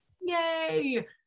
Yay